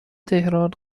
تهران